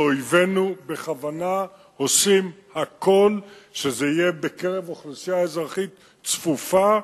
ואויבינו בכוונה עושים הכול שזה יהיה בקרב אוכלוסייה אזרחית צפופה,